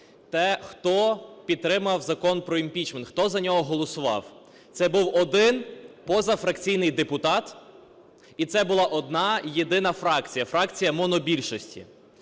Ті, хто підтримав Закон про імпічмент, хто за нього голосував? Це був один позафракційний депутат і це була одна єдина фракція – фракція монобільшості.